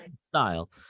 style